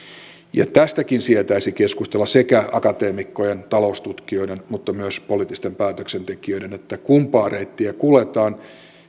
tästäkin sietäisi keskustella sekä akateemikkojen taloustutkijoiden että myös poliittisten päätöstentekijöiden kumpaa reittiä kuljetaan